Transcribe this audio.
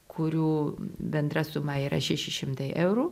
kurių bendra suma yra šeši šimtai eurų